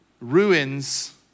ruins